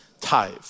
tithe